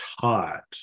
taught